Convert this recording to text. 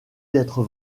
d’être